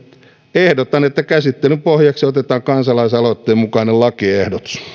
ehdotan että käsittelyn pohjaksi otetaan kansalaisaloitteen mukainen lakiehdotus